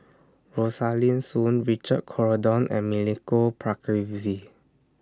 Rosaline Soon Richard Corridon and Milenko Prvacki